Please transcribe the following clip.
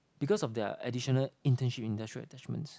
because of their additional internship industrial attachments